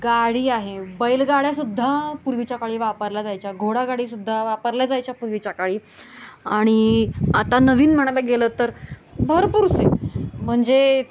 गाडी आहे बैलगाड्यासुद्धा पूर्वीच्या काळी वापरल्या जायच्या घोडागाडीसुद्धा वापरल्या जायच्या पूर्वीच्या काळी आणि आता नवीन म्हणायला गेलं तर भरपूरसे म्हणजे